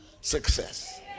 success